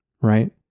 right